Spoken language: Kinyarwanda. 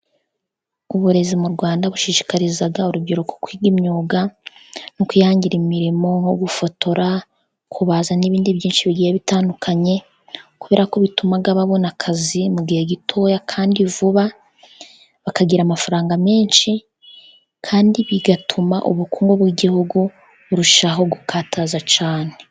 Uburezi mu Rwanda bushishikariza urubyiruko kwiga imyuga no kwihangira imirimo nko gufotora, kubaza n'ibindi byinshi bigiye bitandukanye, kubera ko bituma babona akazi mu gihe gitoya kandi vuba bakagira amafaranga menshi kandi bigatuma ubukungu bw'igihugu burushaho gukataza cyane.